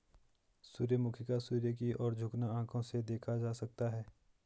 सूर्यमुखी का सूर्य की ओर झुकना आंखों से देखा जा सकता है